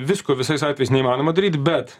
visko visais atvejais neįmanoma daryt bet